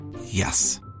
Yes